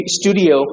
studio